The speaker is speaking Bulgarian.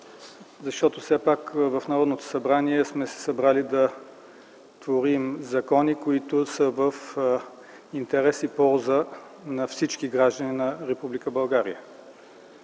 защото все пак в Народното събрание сме се събрали да творим закони, които са в интерес и в полза на всички граждани на Република